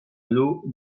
l’eau